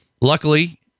luckily